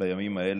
בימים האלה.